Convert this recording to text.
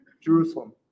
Jerusalem